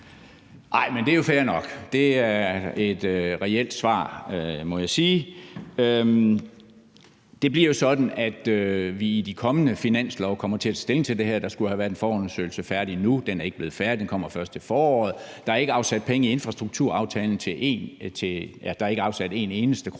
(EL): Det er jo fair nok. Det er et reelt svar, må jeg sige. Det bliver jo sådan, at vi i de kommende finanslove kommer til at tage stilling til det her. Der skulle have været en forundersøgelse færdig nu. Den er ikke blevet færdig. Den kommer først til foråret. Der er ikke afsat penge i infrastrukturaftalen. Det er